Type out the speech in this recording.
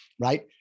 right